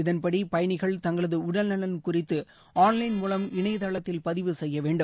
இதன்படிபயணிகள் தங்களதுஉடல்நலன் குறித்துஆன்லைன் மூவம் இணையதளத்தில் பதிவுசெய்யவேண்டும்